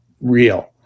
real